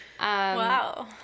Wow